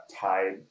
tied